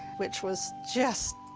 which was just,